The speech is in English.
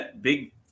big